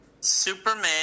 Superman